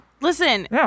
Listen